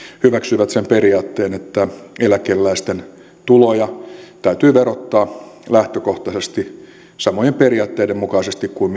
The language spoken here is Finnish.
hyväksyivät sen periaatteen että eläkeläisten tuloja täytyy verottaa lähtökohtaisesti samojen periaatteiden mukaisesti kuin